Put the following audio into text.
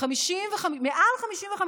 מעל 55%,